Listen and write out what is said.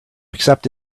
accept